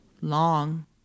Long